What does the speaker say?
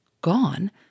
Gone